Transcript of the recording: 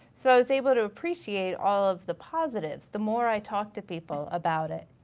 so i was able to appreciate all of the positives the more i talked to people about it.